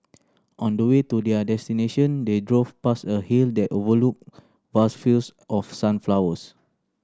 on the way to their destination they drove past a hill that overlooked vast fields of sunflowers